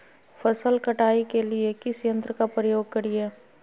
फसल कटाई के लिए किस यंत्र का प्रयोग करिये?